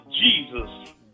Jesus